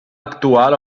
actuar